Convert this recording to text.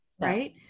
right